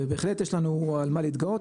ובהחלט יש לנו על מה להתגאות,